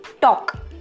talk